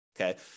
Okay